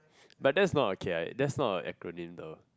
but that's not okay that's not a acronym though